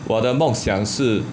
我的梦想是